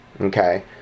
okay